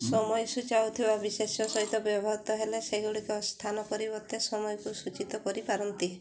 ସମୟ ସୂଚାଉ ଥିବା ବିଶେଷ୍ୟ ସହିତ ବ୍ୟବହୃତ ହେଲେ ସେଗୁଡ଼ିକ ସ୍ଥାନ ପରିବର୍ତ୍ତେ ସମୟକୁ ସୂଚିତ କରିପାରନ୍ତି